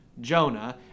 Jonah